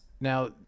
Now